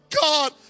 God